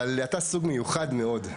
אבל אתה סוג מיוחד מאוד.